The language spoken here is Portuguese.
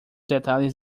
detalhes